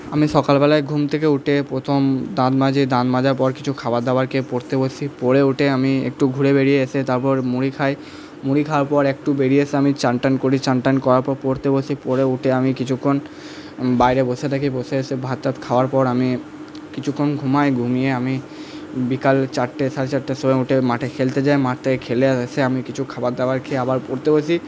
আমি সকাল বেলায় ঘুম থেকে উঠে প্রথম দাঁত মাজি দাঁত মাজার পর কিছু খাবার দাবার খেয়ে পড়তে বসি পড়ে উঠে আমি একটু ঘুরে বেরিয়ে এসে তারপর মুড়ি খাই মুড়ি খাওয়ার পর একটু বেরিয়ে এসে আমি চান টান করি চান টান করার পর পড়তে বসি পড়ে উঠে আমি কিছুক্ষণ বাইরে বসে থাকি বসে এসে ভাত টাত খাওয়ার পর আমি কিছুক্ষণ ঘুমাই ঘুমিয়ে আমি বিকাল চাট্টে সাড়ে চাট্টের সময় উঠে মাঠে খেলতে যাই মাঠ থেকে খেলে এসে আমি কিছু খাবার দাবার খেয়ে আবার পড়তে বসি